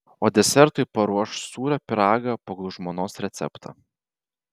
o desertui paruoš sūrio pyragą pagal žmonos receptą